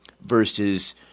versus